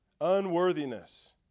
unworthiness